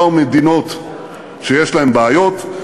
מסתננים, שבאו ממדינות שיש להן בעיות.